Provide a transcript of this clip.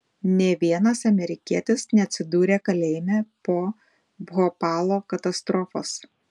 nė vienas amerikietis neatsidūrė kalėjime po bhopalo katastrofos